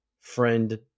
friend